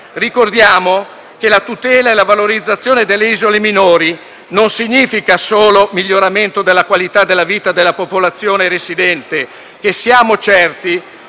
Ricordiamo che la tutela e la valorizzazione delle isole minori non significa solo miglioramento della qualità della vita della popolazione residente, che - ne siamo certi